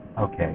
Okay